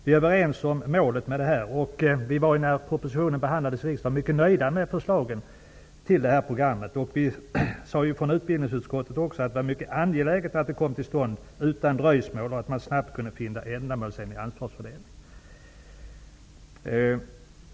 Vi är överens om målet, och vi var när propositionen behandlades i riksdagen mycket nöjda med förslagen till program. Utbildningsutskottet har också ansett det vara mycket angeläget att programmen kommer till stånd utan dröjsmål och att snabbt finna ändamålsenlig ansvarsfördelning.